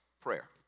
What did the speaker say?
prayer